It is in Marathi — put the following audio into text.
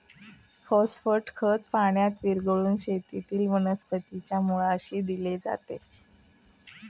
फॉस्फेट खत पाण्यात विरघळवून शेतातील वनस्पतीच्या मुळास दिले जाते